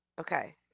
Okay